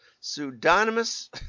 pseudonymous